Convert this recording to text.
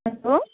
hello